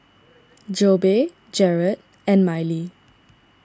Jobe Jarrad and Miley